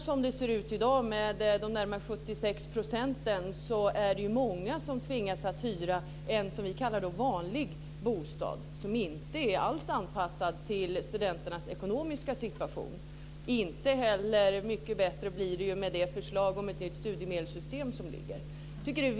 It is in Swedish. Som det ser ut i dag med de närmare 76 % av studenterna som inte har en studentbostad är det många som tvingas hyra en vanlig bostad som inte alls är anpassad till studenternas ekonomiska situation. Det blir inte heller mycket bättre med det förslag om ett nytt studiemedelssystem som föreligger.